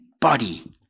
body